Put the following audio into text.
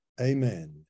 Amen